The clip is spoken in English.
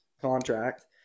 contract